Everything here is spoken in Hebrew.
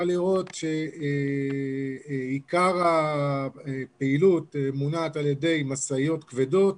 לראות שעיקר הפעילות מונעת על ידי משאיות כבדות,